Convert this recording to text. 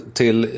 till